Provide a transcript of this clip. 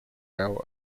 now